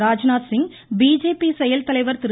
Rajnath Singh BJP செயல்தலைவர் திரு